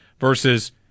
versus